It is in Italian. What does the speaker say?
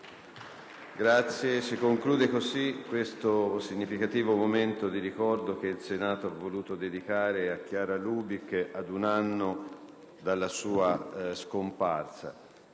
Si conclude così questo significativo momento commemorativo che il Senato ha voluto dedicare a Chiara Lubich, ad un anno dalla sua scomparsa.